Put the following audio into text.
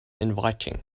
inviting